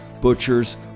butchers